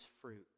fruit